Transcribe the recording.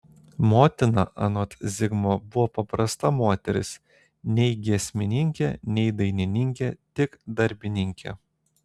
motina anot zigmo buvo paprasta moteris nei giesmininkė nei dainininkė tik darbininkė